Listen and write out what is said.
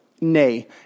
nay